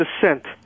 descent